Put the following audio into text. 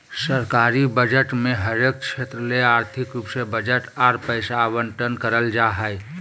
सरकारी बजट मे हरेक क्षेत्र ले आर्थिक रूप से बजट आर पैसा आवंटन करल जा हय